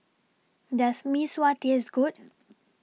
Does Mee Sua Taste Good